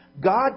God